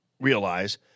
realize